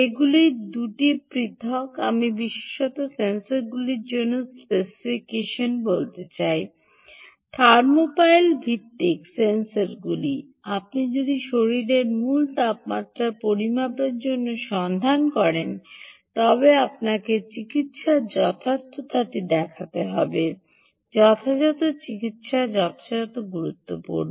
এগুলি 2 পৃথক আমি বিশেষত সেন্সরগুলির জন্য স্পেসিফিকেশন বলতে চাই থার্মোপাইল ভিত্তিক সেন্সরগুলি আপনি যদি শরীরের মূল তাপমাত্রার পরিমাপের জন্য সন্ধান করেন তবে আপনাকে চিকিত্সার যথার্থতাটি দেখতে হবে যথাযথ চিকিত্সা যথাযথতা গুরুত্বপূর্ণ